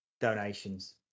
Donations